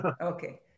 Okay